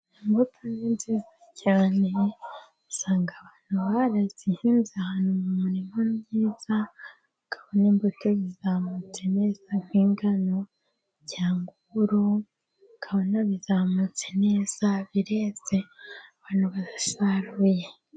Imbuto ni nziza cyane ,usanga abantu barazihinze ahantu mu murima mwiza, ukabona imbuto zizamutse neza, nk'ingano cyangwa uburo ukabona bizamutse neza bireze abantu basaruye.